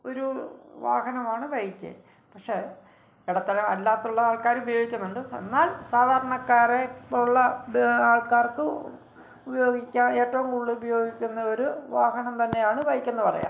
ഒരു വാഹനമാണ് ബൈക്ക് പക്ഷേ ഇടത്തരം അല്ലാത്തുള്ള ആള്ക്കാരും ഉപയോഗിക്കുന്നുണ്ട് സ എന്നാല് സാധാരണക്കാരെ പോലുള്ള ആള്ക്കാര്ക്കും ഉപയോഗിക്കാന് ഏറ്റോം കൂടുതൽ ഉപയോഗിക്കുന്ന ഒരു വാഹനം തന്നെയാണ് ബൈക്കെന്ന് പറയാം